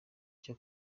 icyo